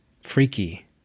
Freaky